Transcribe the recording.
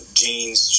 jeans